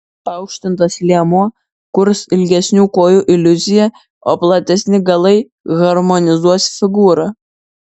paaukštintas liemuo kurs ilgesnių kojų iliuziją o platesni galai harmonizuos figūrą